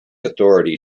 authority